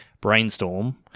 brainstorm